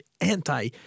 anti